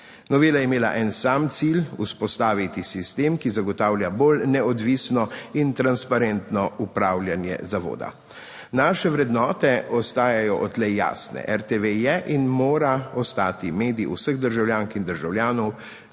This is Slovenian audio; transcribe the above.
Novela je imela en sam cilj: "Vzpostaviti sistem, ki zagotavlja bolj neodvisno in transparentno upravljanje zavoda." Naše vrednote ostajajo odtlej jasne: RTV je in mora ostati medij vseh državljank in državljanov,